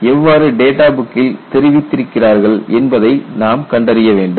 இதனை எவ்வாறு டேட்டா புக்கில் தெரிவித்திருக்கிறார்கள் என்பதை நாம் கண்டறிய வேண்டும்